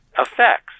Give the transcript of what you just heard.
Effects